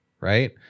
right